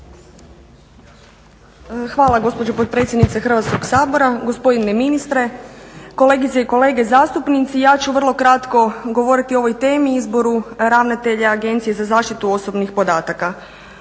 Hvala gospođo potpredsjednice Hrvatskog sabora, gospodine ministre, kolegice i kolege zastupnici. Ja ću vrlo kratko govoriti o ovoj temi i izboru ravnatelja Agencije za zaštitu osobnih podataka.